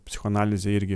psichoanalizė irgi